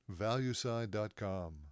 valueside.com